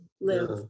live